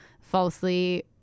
falsely